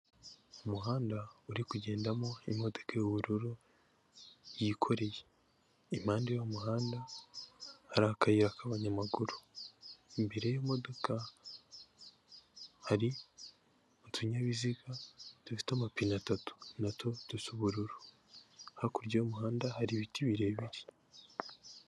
Umuhanda uri kugendamo imodoka y'ubururu yikoreye, impande y'uwo muhanda hari akayira k'abanyamaguru, imbere y'imodoka hari utunyabiziga dufite amapine atatu natwo dusa ubururu, hakurya y'umuhanda hari ibiti birebire.